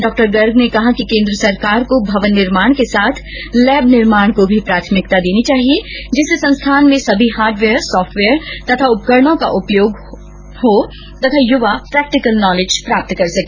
डॉ गर्ग ने कहा कि केंद्र सरकार को भवन निर्माण के साथ लैब निर्माण को भी प्राथमिकता देनी चाहिए जिससे संस्थान में सभी हार्डवेयर सॉफ्टवेयर तथा उपकरणों का उपयोग हो तथा युवा प्रैक्टिकल नॉलेज प्राप्त कर सके